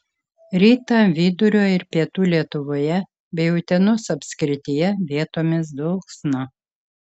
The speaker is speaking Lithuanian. rytą vidurio ir pietų lietuvoje bei utenos apskrityje vietomis dulksna